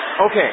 Okay